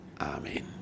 Amen